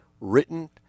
written